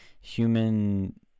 human